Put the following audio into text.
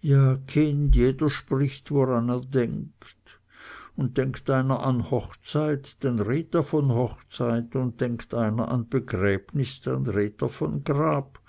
ja kind jeder spricht woran er denkt un denkt einer an hochzeit denn redt er von hochzeit un denkt einer an begräbnis denn redt er von grab